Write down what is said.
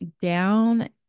down